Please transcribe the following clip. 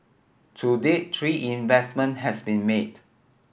to date three investment has been made